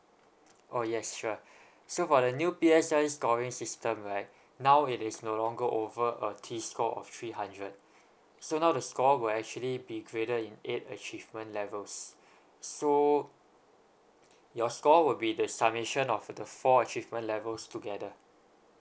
oh yes sure so for the new be P_S_L_E scoring system right now it is no longer over a T score of three hundred so now the score will actually be graded in ieight achievement levels so your score will be the submission of the four achievement levels together